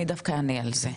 אני דווקא אענה על זה.